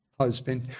husband